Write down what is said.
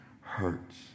hurts